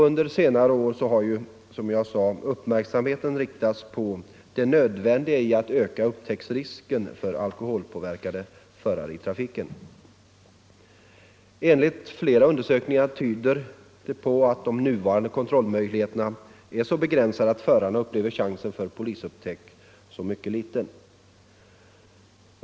Under senare år har, som jag sade, uppmärksamheten riktats på det nödvändiga i att öka upptäcktsrisken för alkoholpåverkade förare i trafiken. Flera undersökningar tyder på att de nuvarande kontrollmöjligheterna är så begränsade att förarna upplever risken för upptäckt som mycket liten.